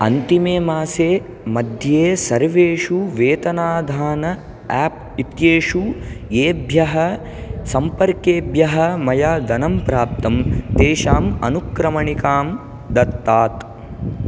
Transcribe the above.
अन्तिमे मासे मध्ये सर्वेषु वेतनाधान ऐप् इत्येषु येभ्यः सम्पर्केभ्यः मया धनं प्राप्तं तेषाम् अनुक्रमणिकां दत्तात्